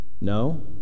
no